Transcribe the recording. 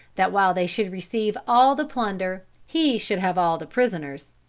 that while they should receive all the plunder, he should have all the prisoners.